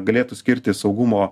galėtų skirti saugumo